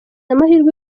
amahirwe